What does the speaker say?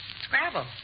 Scrabble